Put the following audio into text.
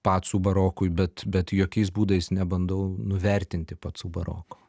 pacų barokui bet bet jokiais būdais nebandau nuvertinti pacų baroko